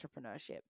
entrepreneurship